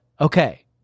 Okay